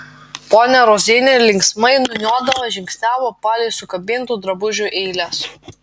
ponia rosini linksmai niūniuodama žingsniavo palei sukabintų drabužių eiles